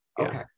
Okay